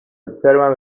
observan